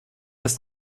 ist